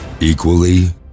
Equally